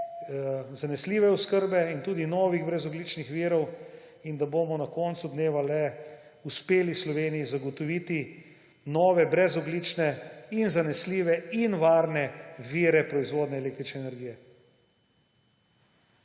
zanesljive oskrbe in tudi novih brezogljičnih virov; in da bomo na koncu dneva le uspeli Sloveniji zagotoviti nove brezogljične, zanesljive in varne vire proizvodnje električne energije.